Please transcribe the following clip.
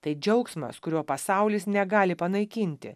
tai džiaugsmas kurio pasaulis negali panaikinti